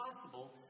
possible